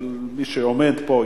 של מי שעומד פה,